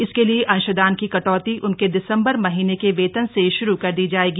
इसके लिए अंशदान की कटौती उनके दिसंबर महीने के वेतन से शुरू कर दी जाएगी